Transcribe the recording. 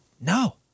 no